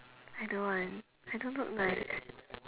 I don't want I don't look nice